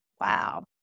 wow